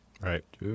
right